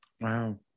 Wow